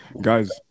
Guys